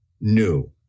new